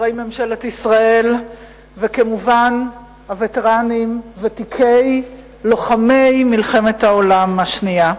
חברי ממשלת ישראל וכמובן הווטרנים ותיקי לוחמי מלחמת העולם השנייה,